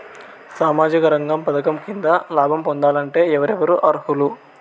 సామాజిక రంగ పథకం కింద లాభం పొందాలంటే ఎవరెవరు అర్హులు?